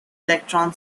electron